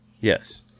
Yes